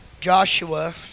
Joshua